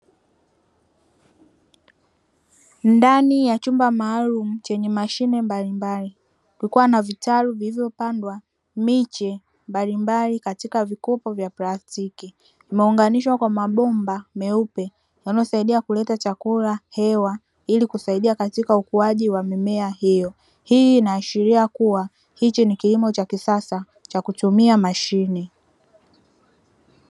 Ndani ya chumba maalumu chenye mashine mbalimbali, kukiwa na vitalu vilivyopandwa miche mbalimbali kwa katika vikopo vya plastiki. Imeunganishwa kwa mabomba meupe yanayosaidia kuleta chakula, hewa; ili kusaidia katika ukuaji wa mimea hiyo. Hii inaashiria kuwa hichi ni kilimo cha kisasa cha kutumia mashine.